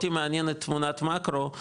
אותי מעניינת תמונת מקרו,